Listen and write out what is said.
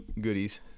goodies